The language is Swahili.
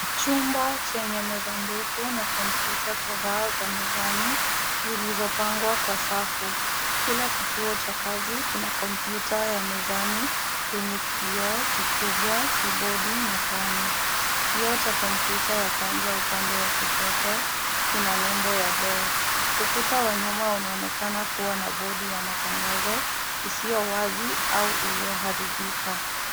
Chumba chenye meza ndefu na kompyuta kadhaa za mezani zilizopangwa kwa safu. Kila kituo cha kazi kina kompyuta ya mezani yenye kioo kikubwa, kibodi na panya. Kioo cha kompyuta ya kwanza ya upande wa kushoto kina nembo ya Dell. Ukuta wa nyuma unaonekana kuwa na bodi ya matangazo isiyo wazi au iliyoharibika.